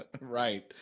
right